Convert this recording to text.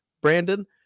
Brandon